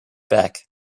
back